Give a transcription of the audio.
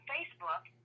Facebook